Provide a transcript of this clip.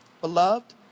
beloved